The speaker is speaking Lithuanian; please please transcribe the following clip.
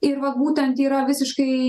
ir vat būtent yra visiškai